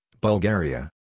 Bulgaria